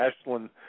Ashland